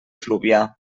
fluvià